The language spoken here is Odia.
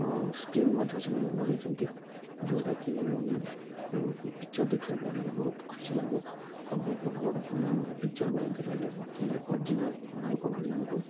ସ୍କ୍ରିନ୍ ମଧ୍ୟ ସେମାନେ ଲଗେଇଛନ୍ତି ଯେଉଁଟାକି ପିକଚର୍ ଦେଖିବା ପାଇଁ ବି ବହୁତ ଖୁସି ଲାଗେ ଆଉ ବହୁତ ବଡ଼ବଡ଼ ପିକ୍ଚର୍ ମଧ୍ୟ ଦେଖାଯାଏ ଯେଉଁଟାକି ଅରଜିନାଲ୍ ଲୋକ ଭଳି ଆମକୁ